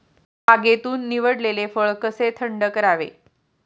बागेतून निवडलेले फळ कसे थंड करावे?